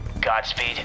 Godspeed